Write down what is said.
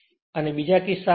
અને પછી બીજા કિસ્સામાં છે